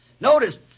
Notice